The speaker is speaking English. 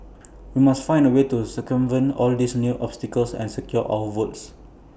we must find A way to circumvent all these new obstacles and secure our votes